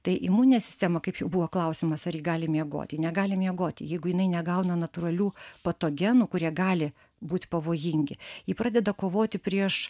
tai imuninė sistema kaip jau buvo klausimas ar ji gali miegoti ji negali miegoti jeigu jinai negauna natūralių patogenų kurie gali būt pavojingi ji pradeda kovoti prieš